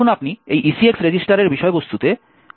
এখন আপনি এই ECX রেজিস্টারের বিষয়বস্তুতে 1180 যোগ করুন